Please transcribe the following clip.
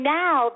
now